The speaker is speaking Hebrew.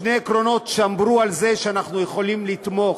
שני עקרונות שמרו על זה שאנחנו יכולים לתמוך,